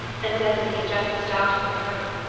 and says that he is just starting for home.